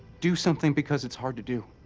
do something because it's hard to do.